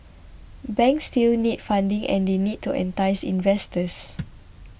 banks still need funding and they need to entice investors